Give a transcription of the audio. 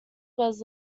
was